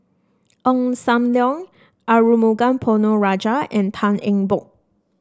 Ong Sam Leong Arumugam Ponnu Rajah and Tan Eng Bock